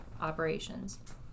operations